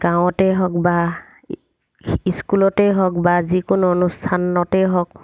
গাঁৱতে হওক বা স্কুলতেই হওক বা যিকোনো অনুষ্ঠানতে হওক